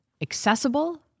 Accessible